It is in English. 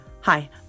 Hi